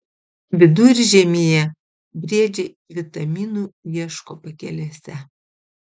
viduržiemyje briedžiai vitaminų ieško pakelėse